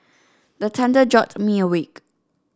the thunder jolt me awake